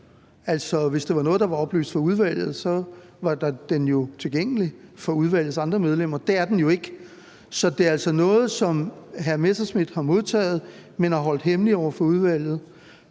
hvis det var noget, der var oplyst til udvalget, var den jo tilgængelig for udvalgets andre medlemmer. Det er den jo ikke. Så det er altså noget, som hr. Morten Messerschmidt har modtaget, men har holdt hemmeligt over for udvalget.